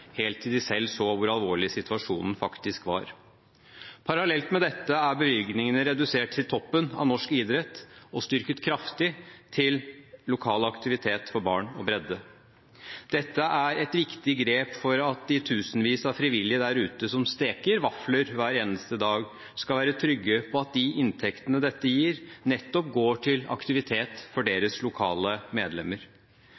helt til den selv så hvor alvorlig situasjonen faktisk var. Parallelt med dette er bevilgningene til toppen av norsk idrett redusert og kraftig styrket til lokal aktivitet for barn og bredde. Dette er et viktig grep for at de tusenvis av frivillige der ute som steker vafler hver eneste dag, skal være trygge på at de inntektene dette gir, nettopp går til aktivitet for